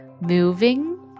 moving